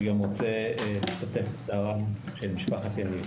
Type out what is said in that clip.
אני גם רוצה להשתתף בצערם של משפחת יניב.